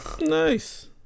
Nice